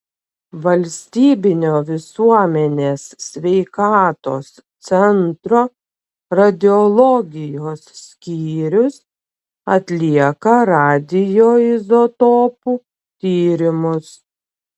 valstybinio visuomenės sveikatos centro radiologijos skyrius atlieka radioizotopų tyrimus